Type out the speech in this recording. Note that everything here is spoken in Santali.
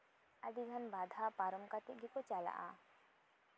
ᱟᱹᱰᱤᱜᱟᱱ ᱵᱟᱫᱷᱟ ᱯᱟᱨᱚᱢ ᱠᱟᱛᱮᱜ ᱜᱮᱠᱚ ᱪᱟᱞᱟᱜᱼᱟ